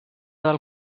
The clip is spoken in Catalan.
del